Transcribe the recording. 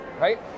right